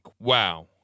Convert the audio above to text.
Wow